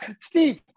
Steve